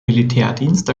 militärdienst